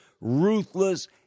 ruthless